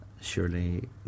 surely